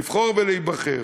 לבחור ולהיבחר,